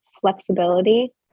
flexibility